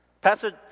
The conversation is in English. Pastor